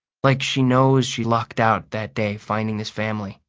like she knows she lucked out that day finding this family.